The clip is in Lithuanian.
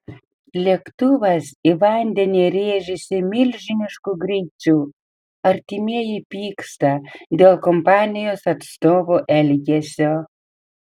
lėktuvas į vandenį rėžėsi milžinišku greičiu artimieji pyksta dėl kompanijos atstovų elgesio